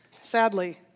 Sadly